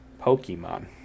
Pokemon